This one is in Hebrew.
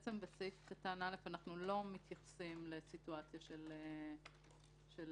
בעצם בסעיף (א) אנחנו לא מתייחסים לסיטואציה שהוא ברח